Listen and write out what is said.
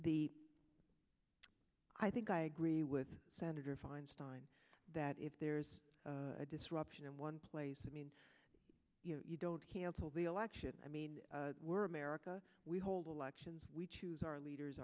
the i think i agree with senator feinstein that if there's a disruption in one place i mean you know you don't cancel the election i mean we're america we hold elections we choose our leaders